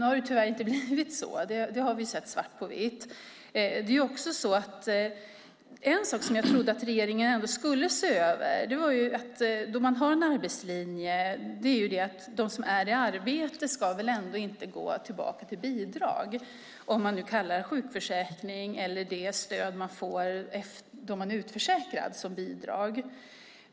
Nu har det tyvärr inte blivit så; det har vi sett svart på vitt. En sak som jag trodde att regeringen skulle se över när man har en arbetslinje var att de som är i arbete inte ska gå tillbaka till bidrag, om man nu kallar sjukförsäkring eller stödet till utförsäkrade bidrag.